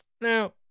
Now